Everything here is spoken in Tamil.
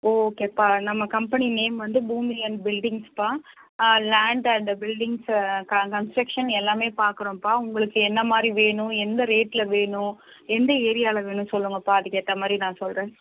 ஓகேப்பா நம்ம கம்பெனி நேம் வந்து பூமி அண்ட் பில்டிங்ஸ்ப்பா லேண்ட் அண்ட் பில்டிங்ஸ்ஸு கன்ஸ்ட்ரக்ஷன் எல்லாமே பார்க்குறோம்ப்பா உங்களுக்கு என்ன மாதிரி வேணும் எந்த ரேட்டில் வேணும் எந்த ஏரியாவில் வேணும்னு சொல்லுங்கப்பா அதுக்கேற்ற மாதிரி நான் சொல்கிறேன்